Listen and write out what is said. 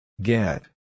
Get